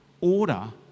order